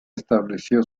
estableció